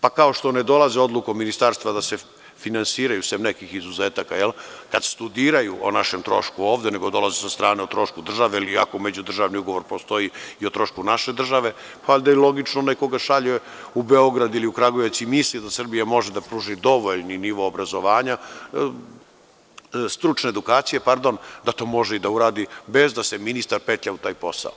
Pa, kao što ne dolazi odlukom ministarstva da se finansiraju sem nekih izuzetaka kad studiraju o našem trošku ovde, nego dolaze sa strane, o trošku države ili ako međudržavni ugovor postoji i o trošku naše države, valjda je logično da nekoga šalje u Beograd ili Kragujevac i misli da Srbija može da pruži to, dovoljni nivo obrazovanja, stručne edukacije, da to može i da uradi, bez da se ministar petlja u taj posao.